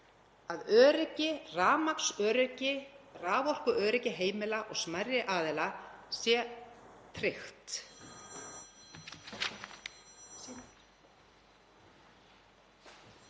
að öryggi, rafmagnsöryggi, raforkuöryggi heimila og smærri aðila sé tryggt.